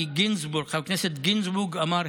כי חבר הכנסת גינזבורג אמר,